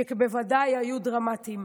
שבוודאי היו דרמטיים.